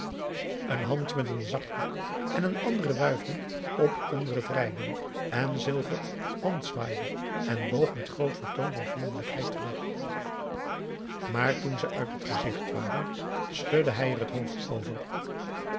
een hand met n zakdoek en een andere wuifden op onder het rijden en silver handzwaaide en boog met groot vertoon van vriendelijkheid terug maar toen ze uit t gezicht waren schudde hij er het hoofd over